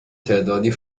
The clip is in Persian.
تعدادی